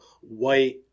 white